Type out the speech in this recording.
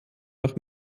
nach